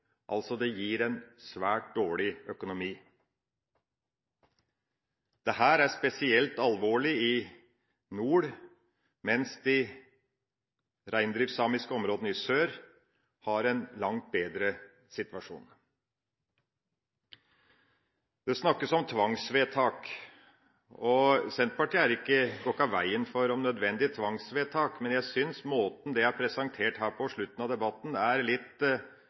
altså en svært dårlig økonomi. Dette er spesielt alvorlig i nord, mens man i reindriftsamiske områdene i sør har en langt bedre situasjon. Det snakkes om tvangsvedtak. Senterpartiet går ikke av veien for tvangsvedtak om nødvendig, men jeg syns måten det er presentert på her på slutten av debatten, er litt